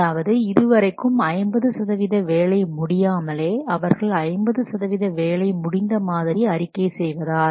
அதாவது இது வரைக்கும் 50 சதவீத வேலை முடியாமலே அவர்கள் 50 சதவீத வேலை முடிந்த மாதிரி அறிக்கை செய்வதால்